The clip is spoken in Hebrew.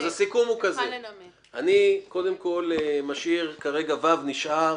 אז הסיכום הוא כזה: אני משאיר כרגע את (ו) כי הוא